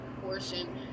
portion